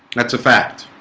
that's a fact